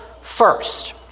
first